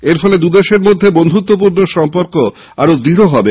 এরফলে দু দেশের মধ্যে বন্ধুত্বপূর্ণ সম্পর্ক আরও দৃঢ় হবে